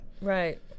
Right